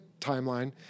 timeline